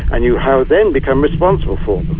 and you have then become responsible for